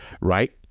right